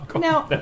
Now